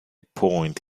point